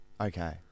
Okay